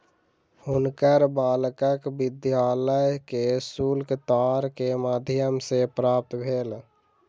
हुनकर बालकक विद्यालय के शुल्क तार के माध्यम सॅ प्राप्त भेल